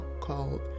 called